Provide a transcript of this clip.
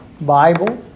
Bible